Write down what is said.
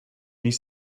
needs